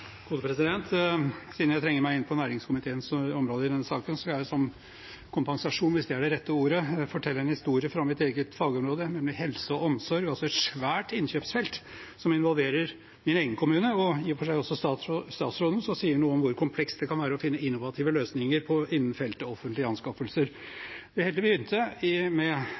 Siden jeg trenger meg inn på næringskomiteens område i denne saken, skal jeg som kompensasjon, hvis det er det rette ordet, fortelle en historie fra mitt eget fagområde, nemlig helse og omsorg – altså et svært innkjøpsfelt som involverer min egen kommune og i og for seg også statsrådens. Den sier noe om hvor komplekst det kan være å finne innovative løsninger innen feltet offentlige anskaffelser. Det hele begynte med